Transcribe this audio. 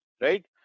right